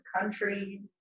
country